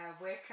worker